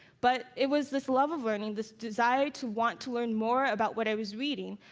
but it was this love of learning, this desire to want to learn more about what i was reading,